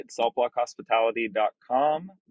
saltblockhospitality.com